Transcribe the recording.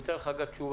הוא ייתן לך תשובה.